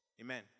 Amen